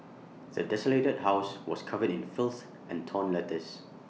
the desolated house was covered in filth and torn letters